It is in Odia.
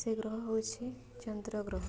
ସେ ଗ୍ରହ ହେଉଛି ଚନ୍ଦ୍ର ଗ୍ରହ